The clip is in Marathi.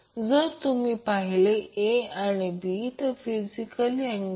आणि जर मॅक्झिमम पॉवर ट्रान्सफर थेरमप्रमाणे x g0 असेल तर नैसर्गिकरित्या RL Rg असेल